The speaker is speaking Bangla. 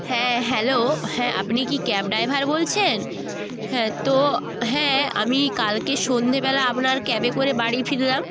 হ্যাঁ হ্যালো হ্যাঁ আপনি কি ক্যাব ড্রাইভার বলছেন হ্যাঁ তো হ্যাঁ আমি কালকে সন্ধেবেলা আপনার ক্যাবে করে বাড়ি ফিরলাম